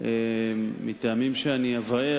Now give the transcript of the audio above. מטעמים שאני אבאר.